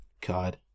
God